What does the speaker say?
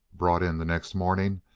brought in the next morning,